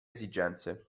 esigenze